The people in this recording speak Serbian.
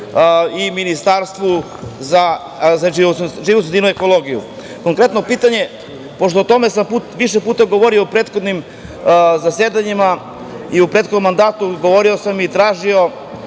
Ministarstvu za životnu sredinu i ekologiju. Konkretno pitanje, pošto sam o tome više puta govorio u prethodnim zasedanjima i u prethodnom mandatu, govorio sam i tražio